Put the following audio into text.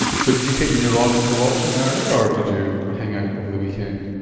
so did you take the neurological option early or did you hang out over the weekend?